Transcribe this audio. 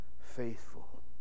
faithful